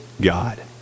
God